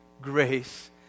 grace